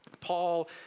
Paul